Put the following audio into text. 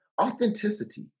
Authenticity